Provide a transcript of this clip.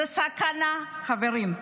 זאת סכנה, חברים.